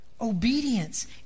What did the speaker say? Obedience